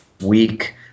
week